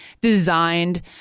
designed